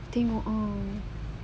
tengok uh